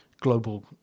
global